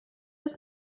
jest